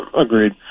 Agreed